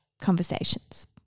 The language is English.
conversations